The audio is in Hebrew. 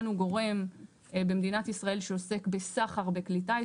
סחרן הוא גורם במדינת ישראל שעוסק בסחר בכלי טיס.